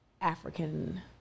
African